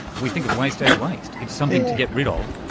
we think of waste as waste, it's something to get rid of,